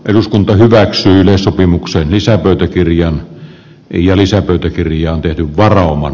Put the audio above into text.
eduskunta hyväksyi yleissopimuksen lisäpöytäkirjaan eriä lisäpöytäkirjaan tehdyn varauman